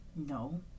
No